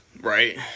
Right